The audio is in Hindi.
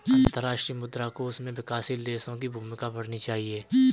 अंतर्राष्ट्रीय मुद्रा कोष में विकासशील देशों की भूमिका पढ़नी चाहिए